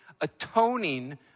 atoning